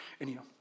Anyhow